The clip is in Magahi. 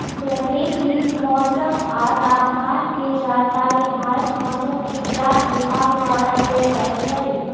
प्रत्येक दिन मौसम आ तापमान के जानकारी भारत मौसम विज्ञान विभाग द्वारा देल जाइ छइ